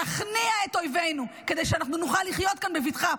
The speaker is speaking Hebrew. להכניע את אויבינו כדי שאנחנו נוכל לחיות כאן בבטחה.